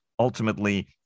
Ultimately